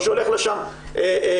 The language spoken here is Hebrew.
או שהולך לשם פיפס.